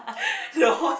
the host